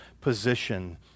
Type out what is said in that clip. position